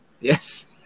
Yes